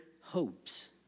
hopes